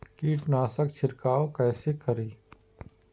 कीट नाशक छीरकाउ केसे करी?